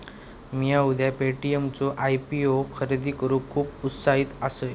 मिया उद्या पे.टी.एम चो आय.पी.ओ खरेदी करूक खुप उत्साहित असय